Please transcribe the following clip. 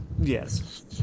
yes